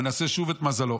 הוא מנסה שוב את מזלו.